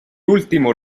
último